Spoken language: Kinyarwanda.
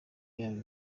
yabo